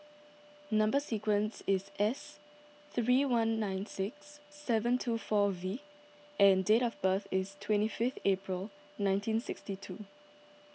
Number Sequence is S three one nine six seven two four V and date of birth is twenty fifth April nineteen sixty two